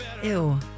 Ew